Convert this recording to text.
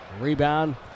Rebound